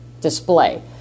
display